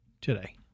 today